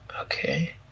Okay